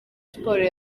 sports